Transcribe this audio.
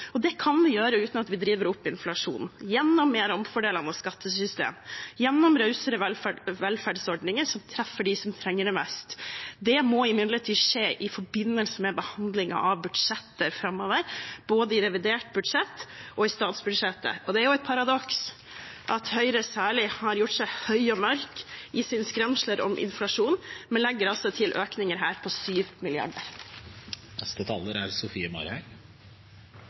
og det kan vi gjøre uten at vi driver opp inflasjonen – gjennom et mer omfordelende skattesystem, gjennom rausere velferdsordninger som treffer dem som trenger det mest. Det må imidlertid skje i forbindelse med behandlingen av budsjetter framover, både i revidert budsjett og i statsbudsjettet, og det er et paradoks at Høyre særlig har gjort seg høy og mørk i sine skremsler om inflasjon. Vi legger altså til økninger på 7 mrd. kr. På